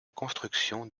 construction